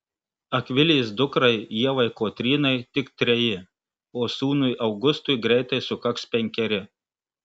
akvilės dukrai ievai kotrynai tik treji o sūnui augustui greitai sukaks penkeri